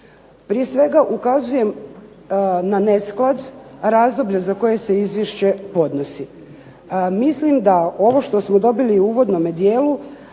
Prije svega ukazujem na nesklad razdoblje za koje se izvješće podnosi. Mislim da ovo što smo dobili u uvodnome dijelu